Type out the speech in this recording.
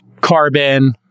carbon